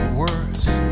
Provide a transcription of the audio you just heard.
worse